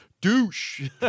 Douche